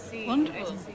Wonderful